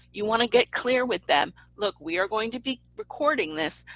you want to get clear with them look we are going to be recording this,